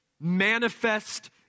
manifest